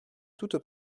toute